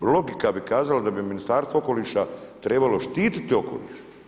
Logika bi kazala da bi Ministarstvo okoliša trebalo štititi okoliš.